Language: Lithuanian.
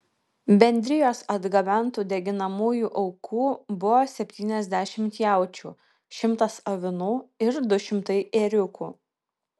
bendrijos atgabentų deginamųjų aukų buvo septyniasdešimt jaučių šimtas avinų ir du šimtai ėriukų